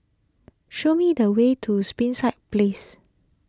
show me the way to Springside Place